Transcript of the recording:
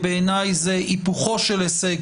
בעיניי זה היפוכו של הישג,